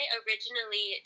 originally